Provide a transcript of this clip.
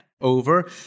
over